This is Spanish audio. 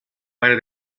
para